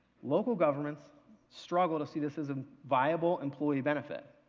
local governments struggle to see this as a viable employee benefit.